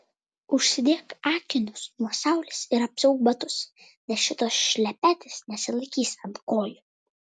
užsidėk akinius nuo saulės ir apsiauk batus nes šitos šlepetės nesilaikys ant kojų